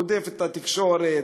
רודפת את התקשורת,